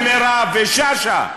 ומירב ושאשא.